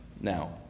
now